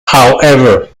however